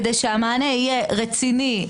וכדי שהמענה יהיה רציני,